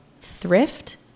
thrift